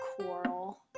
coral